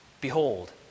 Behold